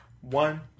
One